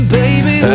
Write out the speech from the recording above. baby